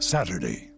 Saturday